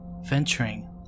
venturing